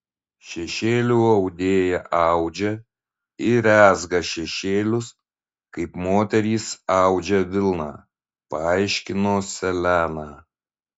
šešėlių audėja audžia ir rezga šešėlius kaip moterys audžia vilną paaiškino seleną